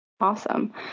Awesome